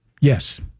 Yes